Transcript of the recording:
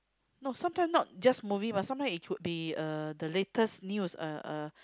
no sometime not just movie but sometime it could be uh the latest news uh uh